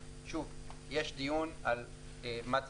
יש דיון על מה צריך,